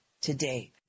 today